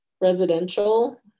residential